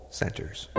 centers